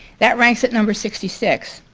that ranks at number sixty six.